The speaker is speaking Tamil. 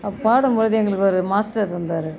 அ பாடும்போது எங்களுக்கு ஒரு மாஸ்டர் இருந்தார்